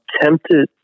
tempted